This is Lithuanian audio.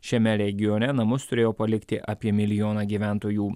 šiame regione namus turėjo palikti apie milijoną gyventojų